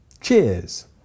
Cheers